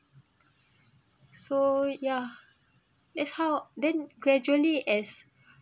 so yeah that's how then gradually as